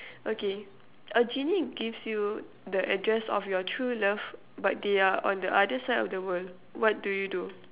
okay a genie gives you the address of your true love but they are on the other side of the world what do you do